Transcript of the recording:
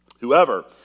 Whoever